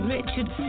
Richard